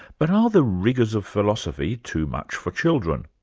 but are the rigors of philosophy too much for children?